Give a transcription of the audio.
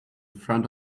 front